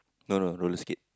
no no roller skate